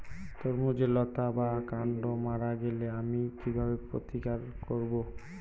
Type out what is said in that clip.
তরমুজের লতা বা কান্ড মারা গেলে আমি কীভাবে প্রতিকার করব?